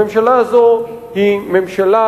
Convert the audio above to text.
הממשלה הזו היא ממשלה